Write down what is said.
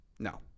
No